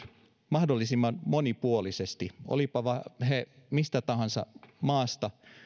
mahdollisimman monipuolisesti olivatpa he mistä tahansa maasta